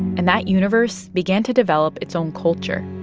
and that universe began to develop its own culture.